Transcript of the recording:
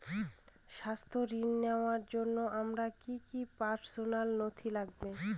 স্বাস্থ্য ঋণ নেওয়ার জন্য আমার কি কি পার্সোনাল নথি লাগবে?